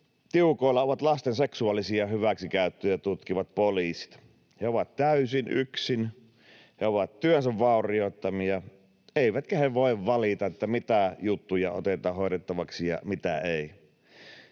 tiukoilla ovat lasten seksuaalisia hyväksikäyttöjä tutkivat poliisit. He ovat täysin yksin, he ovat työnsä vaurioittamia, eivätkä he voi valita, mitä juttuja otetaan hoidettavaksi ja mitä ei.